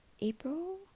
April